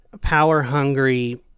power-hungry